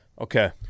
okay